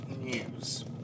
news